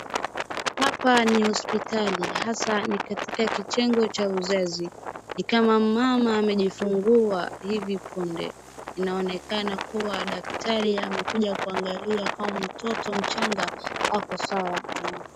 Hapa ni hospitali hasa ni katika kichengo cha uzazi. Ni kama mama amejifungua hivi punde, inaonekana kuwa daktari amekuja kuangalia kama mtoto mchanga ako sawa.